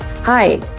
Hi